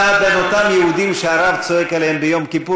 אתה בין היהודים שהרב צועק עליהם ביום כיפור